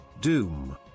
Doom